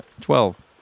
Twelve